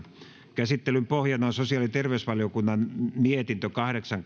käsittelyn pohjana on sosiaali ja terveysvaliokunnan mietintö kahdeksan